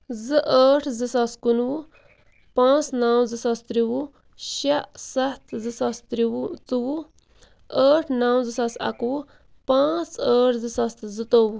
زٕ ٲٹھ زٕ ساس کُنوُہ پانٛژھ نَو زِ ساس ترٛووُہ شےٚ سَتھ زٕ ساس ترٛووُہ ژۄوُہ ٲٹھ نَو زٕ ساس اَکوُہ پانٛژ ٲٹھ زٕ ساس تہٕ زٕتۄوُہ